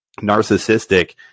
narcissistic